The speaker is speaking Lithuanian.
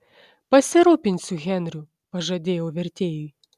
pasirūpinsiu henriu pažadėjau vertėjui